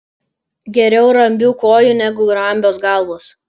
geriau rambių kojų negu rambios galvos